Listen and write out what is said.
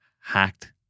hacked